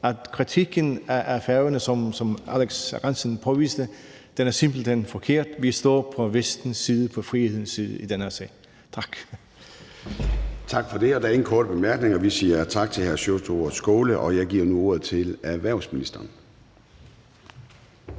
at kritikken af Færøerne, som hr. Alex Ahrendtsen påviste, simpelt hen er forkert. Vi står på Vestens side, på frihedens side i den her sag. Tak. Kl. 10:40 Formanden (Søren Gade): Tak for det, og der er ingen korte bemærkninger. Vi siger tak til hr. Sjúrður Skaale, og jeg giver nu ordet til erhvervsministeren.